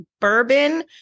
bourbon